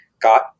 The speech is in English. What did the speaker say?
got